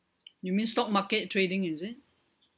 you mean stock market trading is it